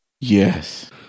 Yes